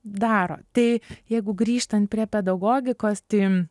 daro tai jeigu grįžtant prie pedagogikos tai